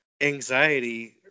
anxiety